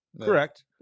Correct